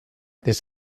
this